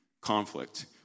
conflict